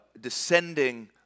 descending